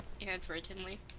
inadvertently